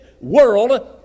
world